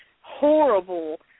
horrible